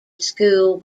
school